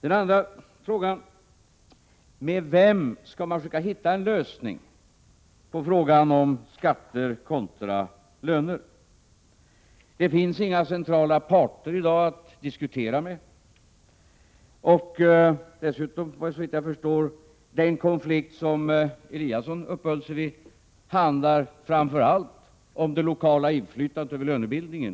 En annan sak är med vem man skall försöka finna en lösning på frågan om skatter kontra löner. I dag finns det inga centrala parter att diskutera med. Den konflikt som Ingemar Eliasson uppehöll sig vid handlar såvitt jag förstår framför allt om det lokala inflytandet över lönebildningen.